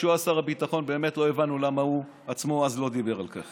כשהוא היה שר הביטחון באמת לא הבנו למה הוא עצמו אז לא דיבר על כך.